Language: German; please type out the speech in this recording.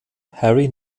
harry